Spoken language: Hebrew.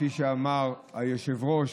כפי שאמר היושב-ראש,